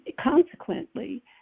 consequently